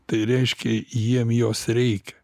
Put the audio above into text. tai reiškia jiem jos reikia